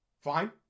fine